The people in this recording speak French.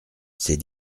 c’est